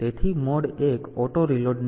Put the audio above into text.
તેથી mode 1 auto reload નથી